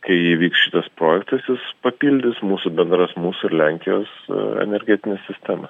kai įvyks šitas projektas jis papildys mūsų bendras mūsų ir lenkijos energetinę sistemą